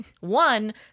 One